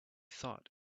thought